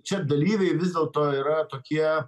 čia dalyviai vis dėlto yra tokie